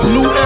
New